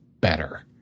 better